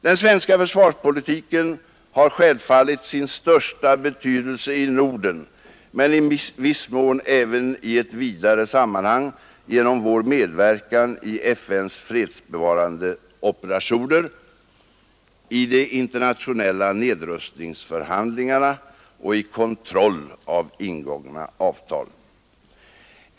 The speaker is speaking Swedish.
Den svenska försvarspolitiken har självfallet sin största betydelse i Norden men i viss mån även i ett vidare sammanhang genom vår medverkan i FN:s fredsbevarande operationer i de internationella nedrustningsförhandlingarna och i kontroll av ingångna avtal.